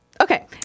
Okay